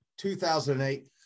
2008